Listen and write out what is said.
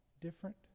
different